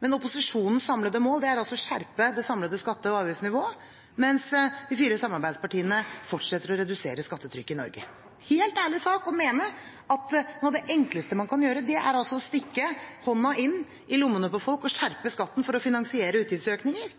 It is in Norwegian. men opposisjonens samlede mål er altså å skjerpe det samlede skatte- og avgiftsnivået, mens de fire samarbeidspartiene fortsetter å redusere skattetrykket i Norge. Det er en helt ærlig sak å mene at noe av det enkleste man kan gjøre, er å stikke hånden inn i lommene på folk og skjerpe skatten for å finansiere utgiftsøkninger.